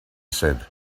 said